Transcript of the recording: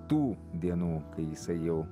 tų dienų kai jisai jau